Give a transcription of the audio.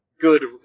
good